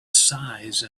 size